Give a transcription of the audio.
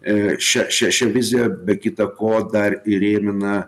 e šią šią šią viziją be kita ko dar įrėmina